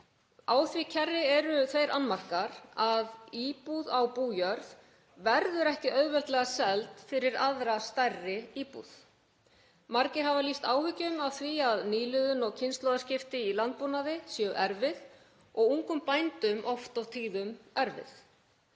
Á því kerfi eru þeir annmarkar að íbúð á bújörð verður ekki auðveldlega seld fyrir aðra stærri íbúð. Margir hafa lýst áhyggjum af því að nýliðun og kynslóðaskipti í landbúnaði séu erfið og ungum bændum oft og tíðum erfið.